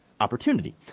Opportunity